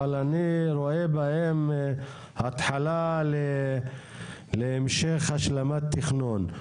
אבל אני רואה בהן התחלה להמשך השלמת תכנון.